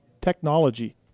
technology